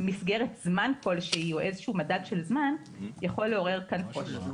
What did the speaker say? מסגרת זמן כלשהי או איזשהו מדד של זמן יכול לעורר כאן קושי.